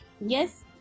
yes